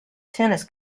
tennis